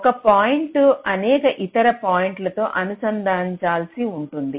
ఒక పాయింట్ అనేక ఇతర పాయింట్లతో అనుసంధానించాల్సి ఉంది